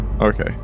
okay